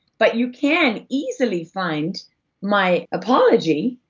but you can easily find my apology,